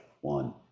one